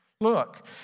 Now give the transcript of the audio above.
Look